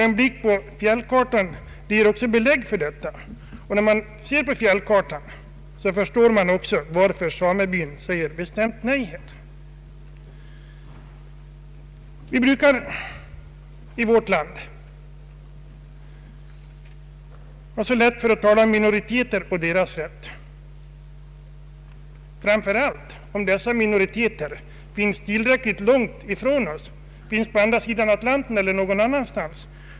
En blick på fjällkartan ger också belägg för detta, varför samebyn säger bestämt nej på denna punkt Vi brukar i vårt land ha så lätt att tala för minoriteter och deras rätt, framför allt om dessa minoriteter finns tillräckligt långt ifrån oss, t.ex. på andra sidan Atlanten eller någon annanstans.